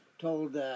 told